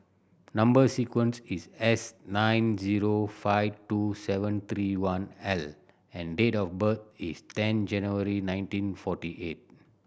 number sequence is S nine zero five two seven three one L and date of birth is ten January nineteen forty eight